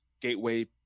gateway